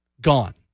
gone